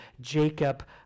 Jacob